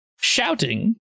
shouting